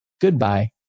goodbye